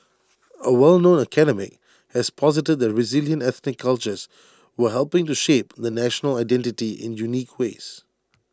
A well known academic has posited that resilient ethnic cultures were helping to shape the national identity in unique ways